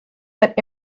but